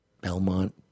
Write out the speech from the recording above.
Belmont